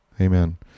Amen